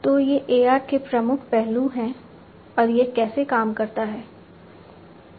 तो ये AR के प्रमुख पहलू हैं और यह कैसे काम करता है